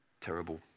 terrible